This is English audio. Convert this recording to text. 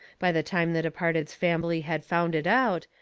by the time the departed's fambly had found it out,